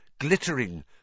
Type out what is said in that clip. glittering